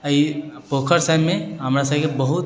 ई पोखरि सभमे हमरा सभके बहुत